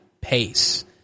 pace